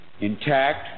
intact